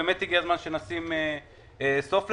באמת הגיע הזמן שנשים לזה סוף.